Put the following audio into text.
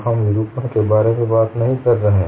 हम विरूपण के बारे में बात नहीं कर रहे हैं